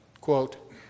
Quote